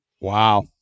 Wow